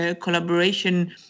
collaboration